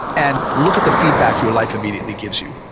and look at the feedback your life immediately gives you.